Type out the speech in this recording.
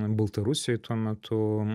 baltarusijoj tuo metu